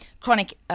chronic